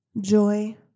Joy